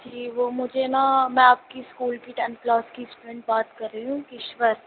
جی وہ مجھے نا میں آپ کی اسکول کی ٹنتھ کلاس کی اسٹوڈنٹ بات کر رہی ہوں کشور